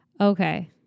Okay